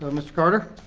ah mr. carter?